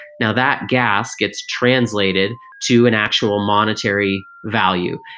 now that gas gets translated to an actual monetary value,